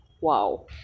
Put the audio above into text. Wow